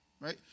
Right